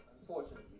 Unfortunately